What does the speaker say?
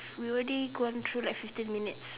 we already gone through like fifteen minutes